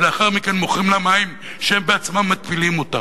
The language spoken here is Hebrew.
ולאחר מכן מוכרים לה מים שהם בעצמם מתפילים אותם.